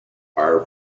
are